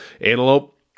Antelope